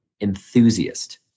enthusiast